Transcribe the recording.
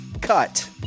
cut